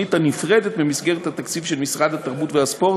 בתוכנית הנפרדת ממסגרת התקציב של משרד התרבות והספורט,